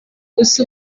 gusa